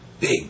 big